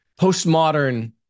postmodern